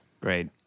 Great